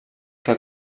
que